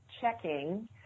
checking